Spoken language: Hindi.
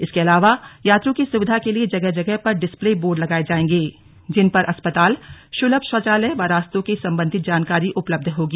इसके अलावा यात्रियों की सुविधा के लिए जगह जगह पर डिसप्ले बोर्ड लगाए जाएंगे जिन पर अस्पताल शुलभ शौचालय व रास्तों के संबंधित जानकारी उपलब्ध होगी